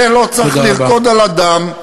זה לא צריך לרקוד על הדם,